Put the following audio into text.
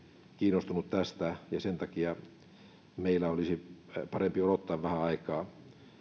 kiinnostunut tästä ja että sen takia meidän olisi parempi odottaa vähän aikaa tietoa